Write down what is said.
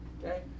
okay